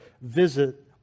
visit